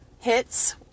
hits